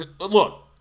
look